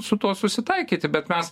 su tuo susitaikyti bet mes